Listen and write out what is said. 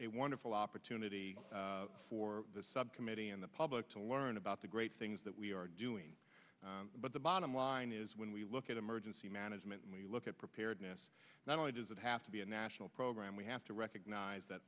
a wonderful opportunity for the subcommittee and the public to learn about the great things that we are doing but the bottom line is when we look at emergency management and we look at preparedness not only does it have to be a national program we have to recognize that